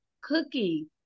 Cookie